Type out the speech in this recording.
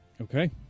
Okay